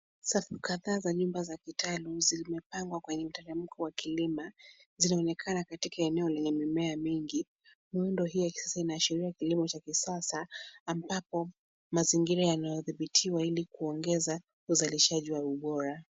Chafu kadhaa za nyuma za kitalu zimepangwa kwenye mteremko wa kilima zinaonekana katika eneo lenye mimea mingi. Miundo hii ya kisasa inaashiria kilimo cha kisasa ambapo mazingira yanadhibitiwa ili kuongeza uzalishaji wa ubora.